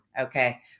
Okay